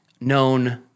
known